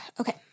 Okay